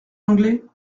l’anglais